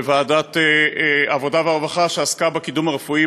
וועדת העבודה והרווחה שעסקה בקידום הרפואי,